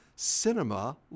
Cinema